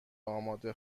آماده